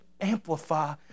amplify